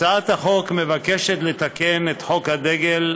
הצעת החוק מבקשת לתקן את חוק הדגל,